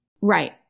Right